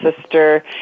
sister